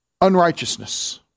Unrighteousness